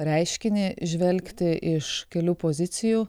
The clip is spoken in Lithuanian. reiškinį žvelgti iš kelių pozicijų